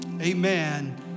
amen